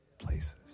Places